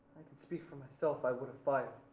i could speak for myself i would have. i